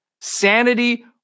sanity